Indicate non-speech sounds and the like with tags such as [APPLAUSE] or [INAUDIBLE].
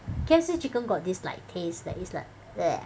K_F_C chicken got this like taste that is like [NOISE]